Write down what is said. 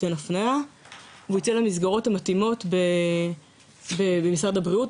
ניתן הפניה והוא יצא למסגרות המתאימות במשרד הבריאות,